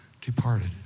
departed